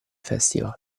festival